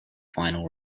final